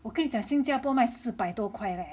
我跟你讲新加坡卖四百多块 leh